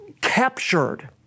captured